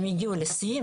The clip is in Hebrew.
הם הגיעו לשיא.